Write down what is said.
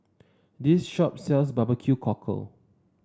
this shop sells bbq cockle